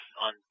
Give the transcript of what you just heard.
on